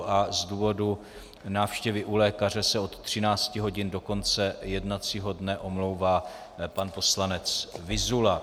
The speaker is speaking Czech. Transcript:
A z důvodu návštěvy u lékaře se od 13 hodin do konce jednacího dne omlouvá pan poslanec Vyzula.